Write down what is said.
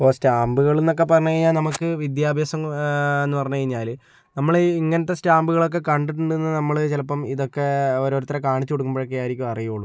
ഇപ്പോൾ സ്റ്റാമ്പുകൾ എന്നൊക്കെ പറഞ്ഞു കഴിഞ്ഞാൽ നമ്മൾക്ക് വിദ്യാഭ്യാസം എന്ന് പറഞ്ഞു കഴിഞ്ഞാല് നമ്മള് ഇങ്ങനത്തെ സ്റ്റാമ്പുകളൊക്കെ കണ്ടിട്ടുണ്ടെന്ന് നമ്മള് ചിലപ്പോൾ ഇതൊക്കെ ഓരോരുത്തരെ കാണിച്ചു കൊടുക്കുമ്പോഴൊക്കെ ആയിരിക്കും അറിയുള്ളൂ